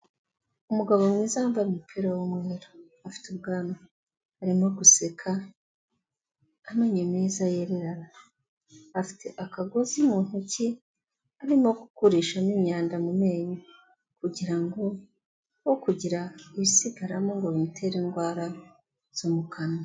Umugabo mwiza wambaye umupira w'umweru, afite ubwanwa, arimo guseka, amenyo meza yererana, afite akagozi mu ntoki arimo kugurishamo imyanda mu menyo kugira ngo hokugira ibisigaramo ngo bimutere indwara zo mu kanwa.